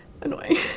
annoying